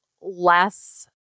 less